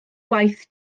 waith